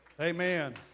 Amen